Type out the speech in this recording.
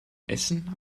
essen